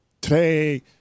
today